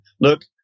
look